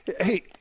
Hey